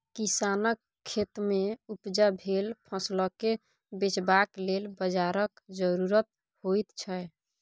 किसानक खेतमे उपजा भेल फसलकेँ बेचबाक लेल बाजारक जरुरत होइत छै